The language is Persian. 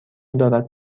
دارد